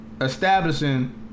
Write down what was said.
establishing